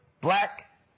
black